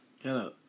Hello